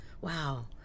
wow